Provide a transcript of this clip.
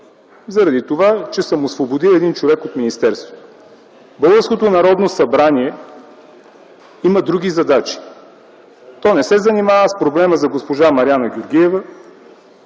заради това, че съм освободил един човек от министерството. Българското Народно събрание има други задачи, то не се занимава с проблема за госпожа Мариана Георгиева,